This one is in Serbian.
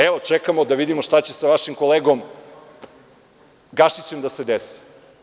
Evo čekamo da vidimo šta će sa vašim kolegom Gašićem da se desi.